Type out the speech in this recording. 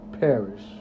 perish